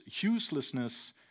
uselessness